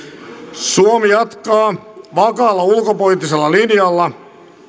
suomi jatkaa vakaalla ulkopoliittisella linjalla